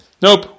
Nope